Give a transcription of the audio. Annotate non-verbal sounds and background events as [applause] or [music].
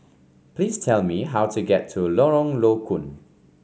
[noise] please tell me how to get to Lorong Low Koon